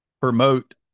promote